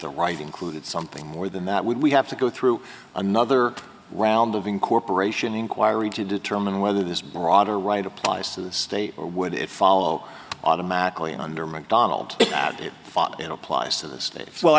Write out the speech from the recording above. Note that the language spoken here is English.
the right includes something more than that would we have to go through another round of incorporation inquiry to determine whether this broader right applies to the state or would it follow automatically under mcdonald